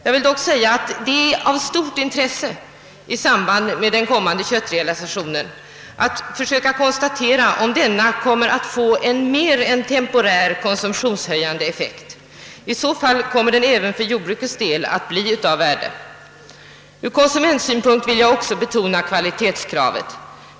Jag vill dock säga att det är av stort intresse att i samband med den kommande köttrealisationen försöka konstatera, om denna kommer att få en mer än temporärt konsumtionshöjande effekt. I så fall kommer den även för jordbrukets del att bli av värde. Ur konsumtionssynpunkt vill jag också betona kvalitetskravet.